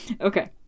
Okay